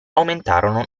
aumentarono